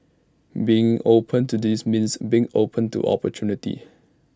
being open to this means being open to opportunity